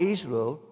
Israel